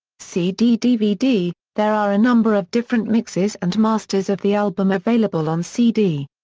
cd dvd there are a number of different mixes and masters of the album available on cd.